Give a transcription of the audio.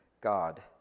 god